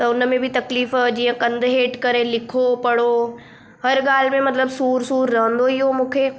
त उनमें बि तकलीफ़ु जीअं कंधु हेठि करे लिखूं पढ़ो हर ॻाल्हि में मतलबु सूरु सूरु रहंदो ई हो मूंखे